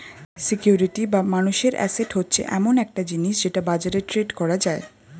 security বা মানুষের asset হচ্ছে এমন একটা জিনিস যেটা বাজারে ট্রেড করা যায়